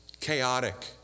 Chaotic